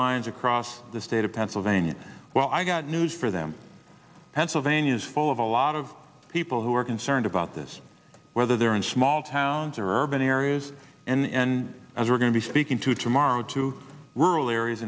lines across the state of pennsylvania well i got news for them pennsylvania is full of a lot of people who are concerned about this whether they're in small towns or urban areas and as we're going to be speaking to tomorrow to rural areas